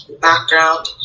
background